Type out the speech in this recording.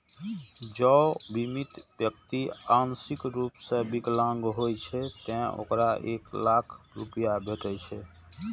जौं बीमित व्यक्ति आंशिक रूप सं विकलांग होइ छै, ते ओकरा एक लाख रुपैया भेटै छै